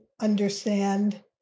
understand